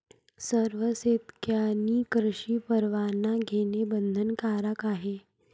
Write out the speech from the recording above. सर्व शेतकऱ्यांनी कृषी परवाना घेणे बंधनकारक आहे